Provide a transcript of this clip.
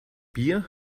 bier